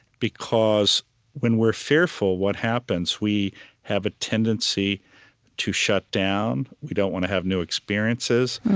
because when we're fearful, what happens? we have a tendency to shut down. we don't want to have new experiences.